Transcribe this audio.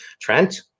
Trent